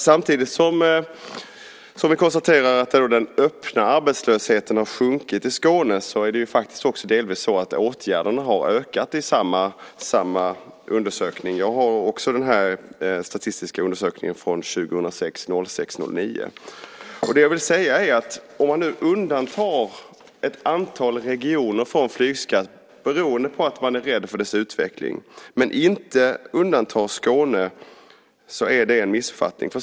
Samtidigt som vi konstaterar att den öppna arbetslösheten har sjunkit i Skåne har ju faktiskt också delvis åtgärderna ökat enligt samma undersökning - jag har också den statistiska undersökningen från den 9 juni 2006. Jag vill säga att om man nu undantar ett antal regioner från flygskatt beroende på deras utveckling men inte Skåne så är det en missuppfattning.